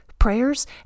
prayers